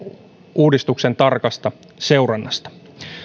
uudistuksen tarkasta seurannasta